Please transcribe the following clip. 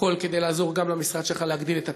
הכול כדי לעזור גם למשרד שלך להגדיל את התקציב.